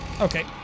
Okay